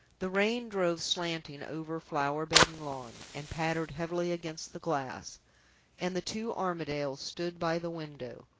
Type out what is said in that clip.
the rain drove slanting over flower-bed and lawn, and pattered heavily against the glass and the two armadales stood by the window,